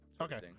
Okay